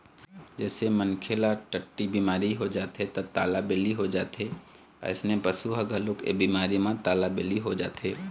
जइसे मनखे ल टट्टी बिमारी हो जाथे त तालाबेली हो जाथे अइसने पशु ह घलोक ए बिमारी म तालाबेली हो जाथे